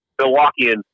Milwaukeeans